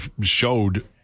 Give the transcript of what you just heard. showed